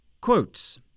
Quotes